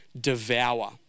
devour